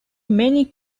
many